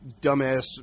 dumbass